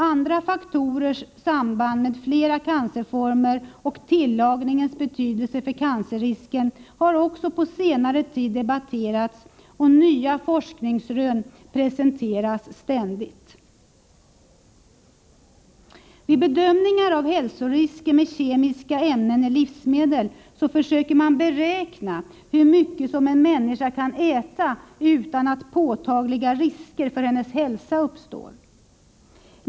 Andra faktorers samband med flera cancerformer och tillagningens betydelse för cancerrisken har också på senare tid debatterats, och nya forskningsrön presenteras ständigt. Vid bedömningar av hälsorisker med kemiska ämnen i livsmedel försöker man beräkna hur mycket en människa kan äta utan att påtagliga risker för hennes hälsa uppstår.